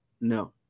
no